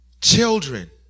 children